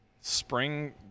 spring